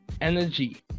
energy